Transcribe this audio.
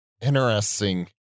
interesting